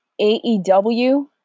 AEW